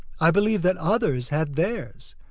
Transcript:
i believed that others had theirs,